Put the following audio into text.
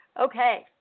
Okay